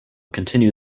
continue